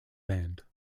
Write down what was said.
band